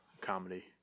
comedy